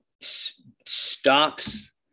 stops